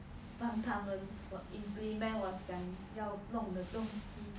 帮他们我 implement 我想要弄的东西